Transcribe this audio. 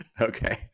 Okay